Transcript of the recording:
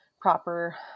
proper